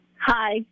Hi